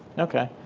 okay.